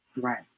Right